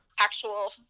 actual